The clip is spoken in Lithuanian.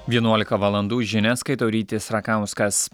vienuolika valandų žinias skaito rytis rakauskas